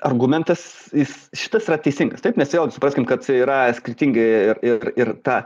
argumentas jis šitas yra teisingas taip nes vėlgi supraskim kad yra skirtingi ir ir ta